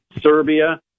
serbia